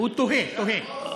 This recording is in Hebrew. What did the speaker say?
הוא תוהה, תוהה.